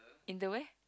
in the where